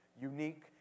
unique